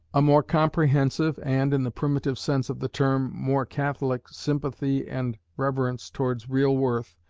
a more comprehensive, and, in the primitive sense of the term, more catholic, sympathy and reverence towards real worth,